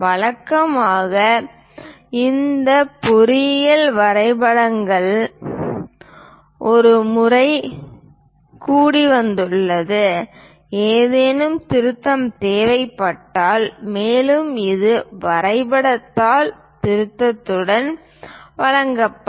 வழக்கமாக இந்த பொறியியல் வரைபடங்களுக்கு ஒரு முறை கூடிவந்ததும் ஏதேனும் திருத்தம் தேவைப்பட்டால் மேலும் ஒரு வரைபடத் தாள் திருத்தத்துடன் வழங்கப்படும்